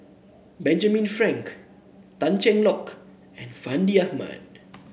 Benjamin Frank Tan Cheng Lock and Fandi Ahmad